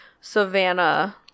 Savannah